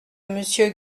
monsieur